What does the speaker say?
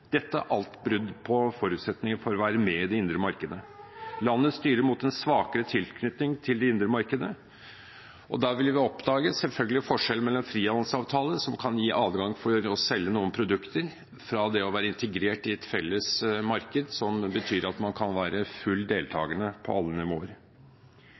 brudd på forutsetninger for å være med i det indre markedet. Landet styrer mot en svakere tilknytning til det indre markedet, og da ville vi selvfølgelig ha oppdaget forskjellen mellom en frihandelsavtale, som kan gi adgang til å selge noen produkter, og det å være integrert i et felles marked, som betyr at man kan være